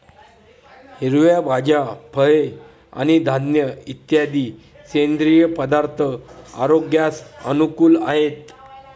हिरव्या भाज्या, फळे आणि धान्य इत्यादी सेंद्रिय पदार्थ आरोग्यास अनुकूल आहेत